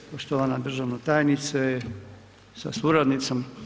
Poštovana državna tajnice sa suradnicom.